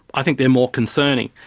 i think they're more concerning.